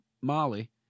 Molly